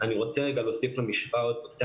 אני רוצה להוסיף למשוואה עוד נושא.